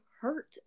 hurt